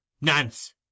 Nance